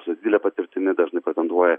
su didele patirtimi dažnai pretenduoja